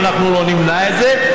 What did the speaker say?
אם לא נמנע את זה.